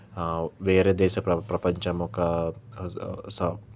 వేరే దేశ ప్ర ప్రపంచం ఒక